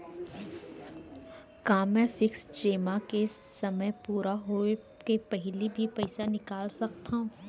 का मैं फिक्स जेमा के समय पूरा होय के पहिली भी पइसा निकाल सकथव?